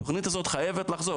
התוכנית הזאת חייבת לחזור,